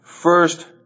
first